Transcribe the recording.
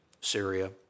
Syria